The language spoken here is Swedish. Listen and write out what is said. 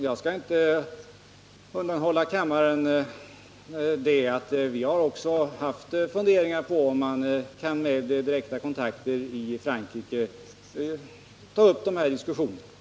Jag skall inte undanhålla kammaren att vi har haft funderingar på att genom direkta kontakter med olika organ i Frankrike ta upp diskussioner.